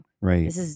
Right